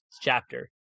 chapter